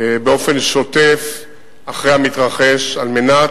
ושיתוף פעולה הדוק אחר המתרחש על מנת